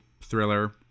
thriller